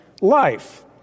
life